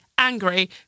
Angry